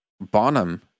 Bonham